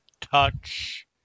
touch